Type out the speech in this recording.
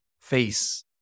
face